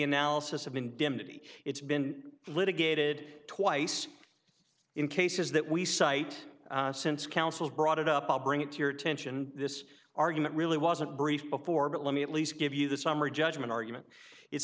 indemnity it's been litigated twice in cases that we cite since council brought it up i'll bring it to your attention this argument really wasn't brief before but let me at least give you the summary judgment argument it's